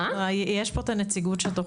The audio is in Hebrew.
יש פה את הנציגות שתוכל